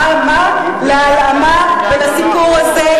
מה להלאמה ולסיפור הזה?